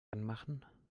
anmachen